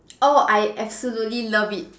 oh I absolutely love it